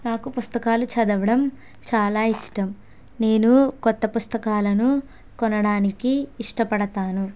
నాకు పుస్తకాలు చదవడం చాలా ఇష్టం నేనూ కొత్త పుస్తకాలను కొనడానికీ ఇష్టపడతాను